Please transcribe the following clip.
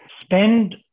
spend